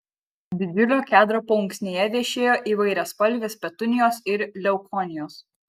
didžiulio kedro paunksnėje vešėjo įvairiaspalvės petunijos ir leukonijos